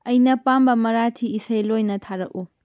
ꯑꯩꯅ ꯄꯥꯝꯕ ꯃꯔꯥꯊꯤ ꯏꯁꯩ ꯂꯣꯏꯅ ꯊꯥꯔꯛꯎ